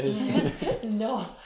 No